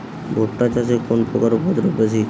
ভুট্টা চাষে কোন পোকার উপদ্রব বেশি?